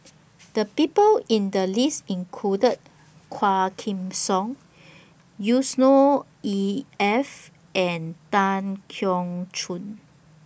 The People in The list included Quah Kim Song Yusnor E F and Tan Keong Choon